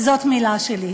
זאת מילה שלי.